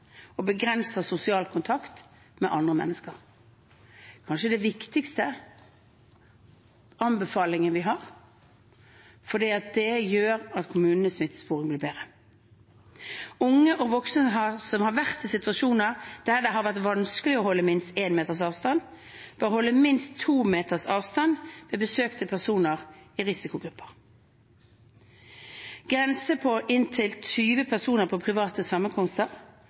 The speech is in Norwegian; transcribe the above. sosial kontakt med andre mennesker. Det er kanskje den viktigste anbefalingen vi har, fordi det gjør kommunenes smittesporing lettere. Unge og voksne som har vært i situasjoner der det har vært vanskelig å holde minst en meters avstand, bør holde minst to meters avstand ved besøk til personer i risikogruppene. Vi innfører en grense på inntil 20 personer på private sammenkomster